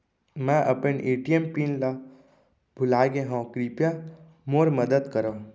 मै अपन ATM PIN ला भूलागे हव, कृपया मोर मदद करव